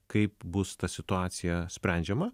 kaip bus ta situacija sprendžiama